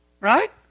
Right